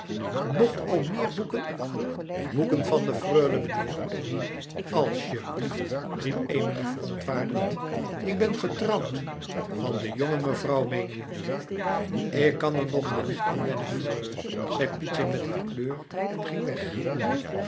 nog al meer boeken boeken van de freule meneer als je blief riep emilie verontwaardigd ik ben getrouwd van de jonge mevrouw meen je ik kan er nog maar niet aan wennen freule zei pietje met een kleur en ging weg